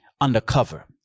undercover